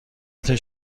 تون